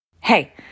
Hey